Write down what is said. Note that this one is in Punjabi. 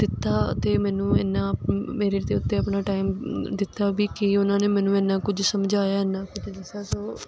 ਦਿੱਤਾ ਅਤੇ ਮੈਨੂੰ ਇੰਨਾ ਮੇਰੇ ਉੱਤੇ ਆਪਣਾ ਟਾਈਮ ਦਿੱਤਾ ਵੀ ਕਿ ਉਹਨਾਂ ਨੇ ਮੈਨੂੰ ਇੰਨਾ ਕੁਝ ਸਮਝਾਇਆ ਇੰਨਾ ਕੁਝ ਦੱਸਿਆ ਸੋ